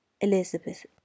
Elizabeth